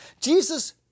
Jesus